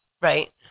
Right